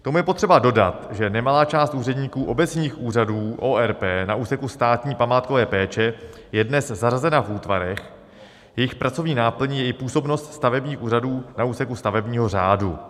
K tomu je potřeba dodat, že nemalá část úředníků obecních úřadů ORP na úseku státní památkové péče je dnes zařazena v útvarech, jejichž pracovní náplní je i působnost stavebních úřadů na úseku stavebního řádu.